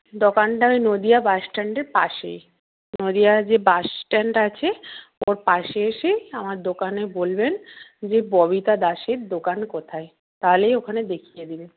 দোকানটা ওই নদীয়া বাস স্ট্যান্ডের পাশেই নদীয়া যে বাস স্ট্যান্ড আছে ওর পাশে এসেই আমার দোকানে বলবেন যে ববিতা দাসের দোকান কোথায় তাহলেই ওখানে দেখিয়ে দেবে